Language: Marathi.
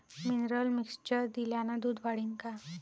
मिनरल मिक्चर दिल्यानं दूध वाढीनं का?